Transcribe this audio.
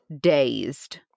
Dazed